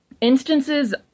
instances